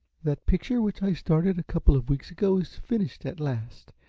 that picture which i started a couple of weeks ago is finished at last,